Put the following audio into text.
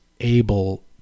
able –